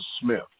Smith